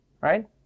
right